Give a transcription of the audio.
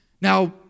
Now